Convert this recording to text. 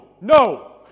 no